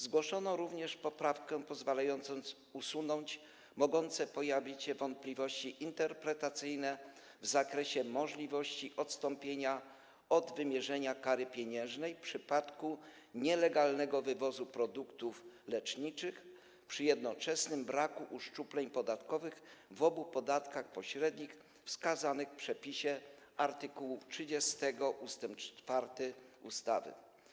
Zgłoszono również poprawkę pozwalającą usunąć mogące pojawić się wątpliwości interpretacyjne w zakresie możliwości odstąpienia od wymierzenia kary pieniężnej w przypadku nielegalnego wywozu produktów leczniczych przy jednoczesnym braku uszczupleń podatkowych w obu podatkach pośrednich wskazanych w przepisie art. 30 ust. 4 ustawy.